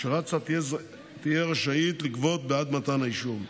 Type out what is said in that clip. שרת"א תהיה רשאית לגבות בעד מתן האישור.